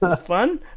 Fun